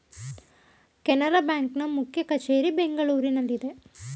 Canara bank ನ ಮುಖ್ಯ ಕಚೇರಿ ಬೆಂಗಳೂರಿನಲ್ಲಿದೆ